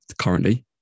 currently